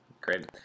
great